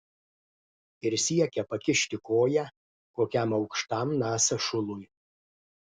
ir siekia pakišti koją kokiam aukštam nasa šului